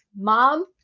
mom